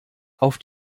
auf